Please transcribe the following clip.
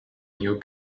new